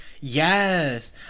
Yes